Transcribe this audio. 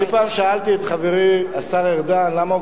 אני פעם שאלתי את חברי השר ארדן למה הוא